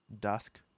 dusk